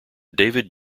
david